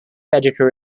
editor